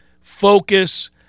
focus